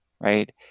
right